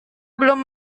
belum